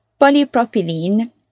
polypropylene